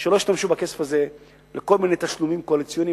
שלא ישתמשו בכסף הזה לכל מיני תשלומים קואליציוניים